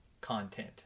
content